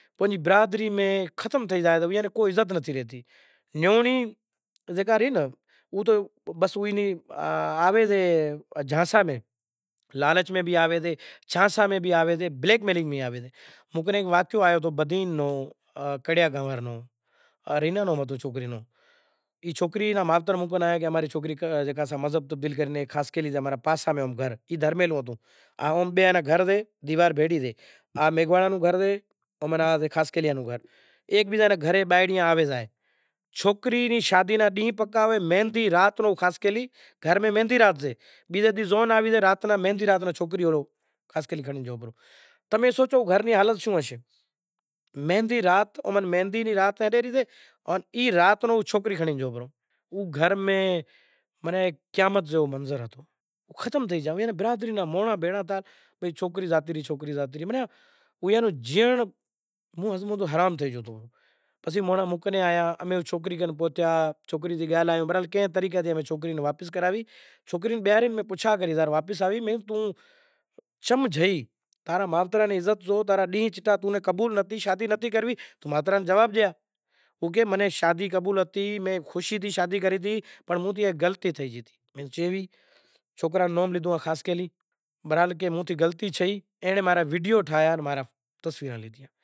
پاروتی شو راتری جیکو سئہ شو ری گھر واری سئہ، پسے امیں شو راتری جیکو بھی سئہ منایوں سئیں جانڑے وش پیدو ہتو ای وجہ سے امیں شو راتری امیں مناواں سیں پرب بارہیں مہینیں امارو آوی شئے ہولی بھی اماں رے باریہیں مہینے آوے شئے دواڑی بھی بارنہیں مہینڑے آوے شے، بیزو میڑو، میڑو زیکو راماپیر رو آوے شئے نو دہاڑا جیوو سنڈ، سائو سنڈ پہرو سنڈ ڈیکھاویشے ورت شروع تھیشے نو دہاڑا ہلی شئے، آٹھ دہاڑا ورت را نوئیں دہاڑے میڑو لاگیشے راماپیر رو ترن دہاڑا۔ ترن دہاڑا راماپیر رو میڑو لاگیشے چاروں دہاڑو ورے راکھشتھ ر۔ امیں جیکو بھی سئہ راماپیر رے نام رو نئوں دہاڑا ورت راکھاں انے تہوار منانڑاں سیں۔ راماپیر رو میڑو امیں دھام دھوم سیں گوٹھ میں بھی لگاواں سیں انے ٹنڈو الہیار میں بھی امارا زائیشیں مٹ مائیٹ۔ ہندوکاری سئے، جیوو کوئی ٹنڈوالہیار میں مناوے کوئی میرپور میں، جاں جاں مندر ٹھاول سئے پسے جیکو جیوو حال سئے او تہوار مناوی پسے بابا رے نام رو جیکو بھی سئے پرساد وگیرا ویراوے بدہے بھائیاں ناں مندر میں ہاکلے پسے پرساد وگیرا ویراوے پسے جیکو بھی سئہ ساڑی توال بوال رو رواج جیکو بھی سئہ ای دھرم رو پرچار وگیرا کریو زائسے، بھگت آویشے جیکو بھی ساستر گیان ہنبھڑایسے پسے جیکو بھی سئہ دھرم رو راماپیر رو میڑو سئہ تو راماپیر ری آرتی کری سئہ، گنیس رو میڑو سئہ تو گنیس ری آرتی کری سئہ